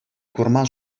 курман